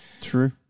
True